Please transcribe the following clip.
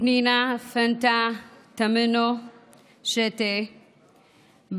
פנינה-פנטה תמנו שטה,